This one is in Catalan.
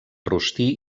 rostir